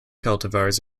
cultivars